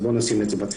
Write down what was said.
אז בואו נשים את זה בצד.